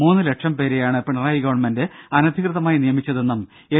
മൂന്ന് ലക്ഷം പേരെയാണ് പിണറായി ഗവൺമെന്റ് അനധികൃതമായി നിയമിച്ചതെന്നും എൽ